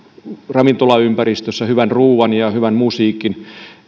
ravintolaympäristössä hyvän ruoan ja hyvän musiikin